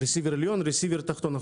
receiver עליון ו- receiver תחתון.